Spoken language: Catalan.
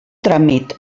tràmit